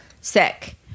sick